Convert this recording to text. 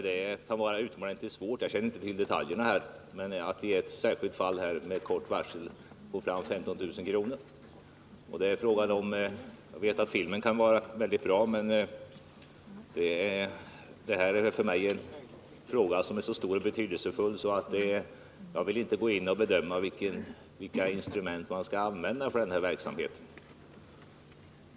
Det kan vara utomordentligt svårt — jag känner inte till detaljerna här — att med kort varsel få fram 15 000 kr. Jag vet att filmen kan vara väldigt bra. Men det här är för mig en fråga som är så stor och betydelsefull att jag inte vill gå in och bedöma vilka instrument man skall använda för verksamheten.